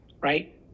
right